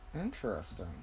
interesting